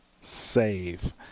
save